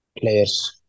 players